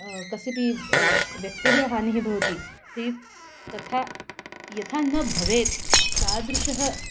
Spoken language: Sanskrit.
कस्यपि व्यक्तेः हानिः भवति ते तथा यथा न भवेत् तादृशः